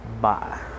Bye